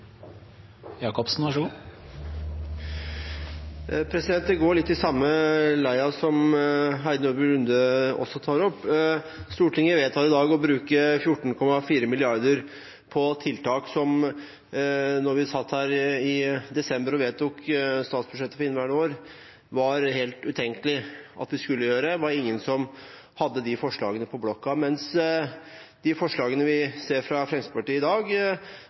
Det går litt i samme leia som det Heidi Nordby Lunde også tok opp. Stortinget vedtar denne uken å bruke 14,4 mrd. kr på tiltak som det da vi satt her i desember og vedtok statsbudsjettet for inneværende år, var helt utenkelig at vi skulle gjøre. Det var ingen som hadde de forslagene på blokka. De forslagene vi ser fra Fremskrittspartiet i dag,